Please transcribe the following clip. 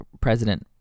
President